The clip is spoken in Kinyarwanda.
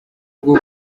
bwo